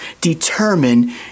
determine